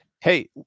Hey